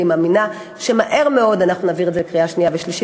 אני מאמינה שמהר מאוד אנחנו נעביר את זה בקריאה שנייה ושלישית,